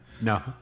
No